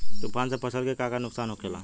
तूफान से फसल के का नुकसान हो खेला?